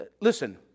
listen